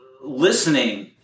listening